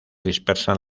dispersan